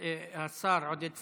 השר עודד פורר.